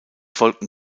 folgten